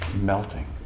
melting